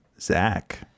Zach